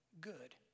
good